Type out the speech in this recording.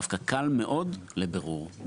דווקא קל מאוד לבירור.